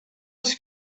els